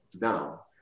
now